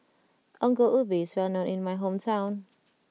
Ongol Ubi is well known in my hometown